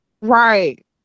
Right